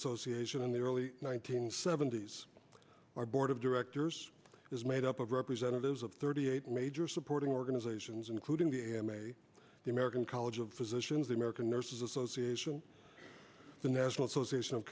association in the early one nine hundred seventy s our board of directors is made up of representatives of thirty eight major supporting organizations including the a m a the american college of physicians the american nurses association the national association of